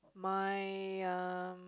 my um